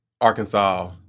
Arkansas